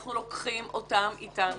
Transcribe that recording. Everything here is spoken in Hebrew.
אנחנו לוקחים אותם אתנו.